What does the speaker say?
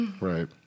Right